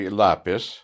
lapis